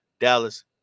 Dallas